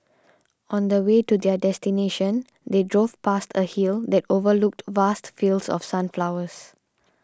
on the way to their destination they drove past a hill that overlooked vast fields of sunflowers